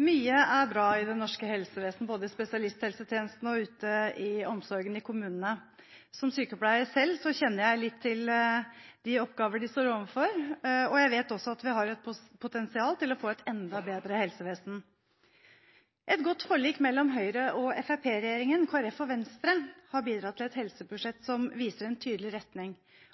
Mye er bra i det norske helsevesen, både i spesialisthelsetjenesten og i omsorgen ute i kommunene. Som sykepleier selv kjenner jeg litt til noen av de oppgaver de står overfor, og jeg vet også at vi har potensial til å få et enda bedre helsevesen. Et godt forlik mellom Høyre–Fremskrittsparti-regjeringen og Kristelig Folkeparti og Venstre har bidratt til et helsebudsjett som viser en tydelig retning